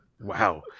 wow